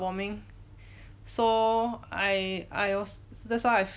warming so I I als~ that's why